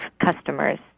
customers